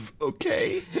Okay